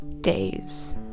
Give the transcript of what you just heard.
days